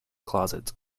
closet